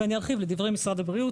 אני ארחיב: לדברי משרד הבריאות,